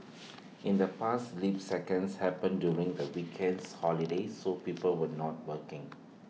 in the past leap seconds happened during the weekends holidays so people were not working